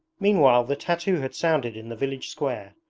meanwhile the tattoo had sounded in the village square.